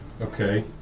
Okay